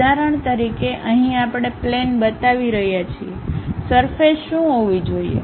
ઉદાહરણ તરીકે અહીં આપણે પ્લેન બતાવી રહ્યા છીએ સરફેસ શું હોવી જોઈએ